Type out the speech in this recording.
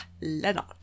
Leonard